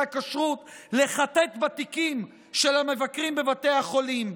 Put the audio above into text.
הכשרות לחטט בתיקים של המבקרים בבתי החולים.